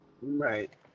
Right